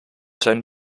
zijn